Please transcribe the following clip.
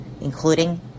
including